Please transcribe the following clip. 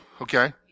okay